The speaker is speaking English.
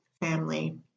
family